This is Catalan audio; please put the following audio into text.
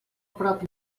prop